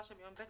מוסף,